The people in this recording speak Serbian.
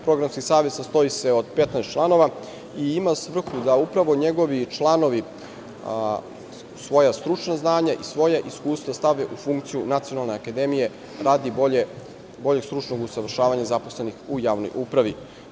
Programski savet sastoji se od 15 članova i ima svrhu da upravo njegovi članovi svoja stručna znanja i svoja iskustva stave u funkciju Nacionalne akademije, radi boljeg stručnog usavršavanja zaposlenih u javnoj upravi.